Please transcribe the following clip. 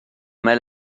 mal